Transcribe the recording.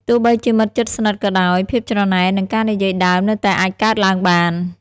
ទោះបីជាមិត្តជិតស្និទ្ធក៏ដោយ ភាពច្រណែន និងការនិយាយដើមនៅតែអាចកើតឡើងបាន។